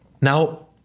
now